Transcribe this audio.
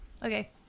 Okay